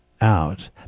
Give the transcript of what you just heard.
out